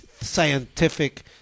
scientific